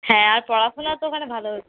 হ্যাঁ আর পড়াশোনা তো ওখানে ভালো হচ্ছে